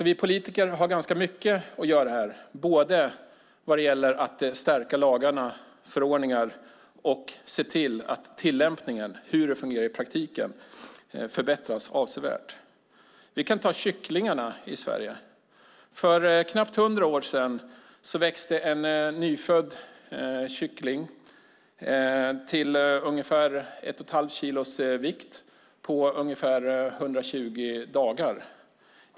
Vi politiker har alltså ganska mycket att göra här, både vad gäller att stärka lagar och förordning och att se till att tillämpningen, hur det fungerar i praktiken, förbättras avsevärt. Vi kan ta kycklingarna i Sverige som exempel. För knappt hundra år sedan växte en nyfödd kyckling till ungefär 1 1⁄2 kilos vikt på ungefär 120 dagar.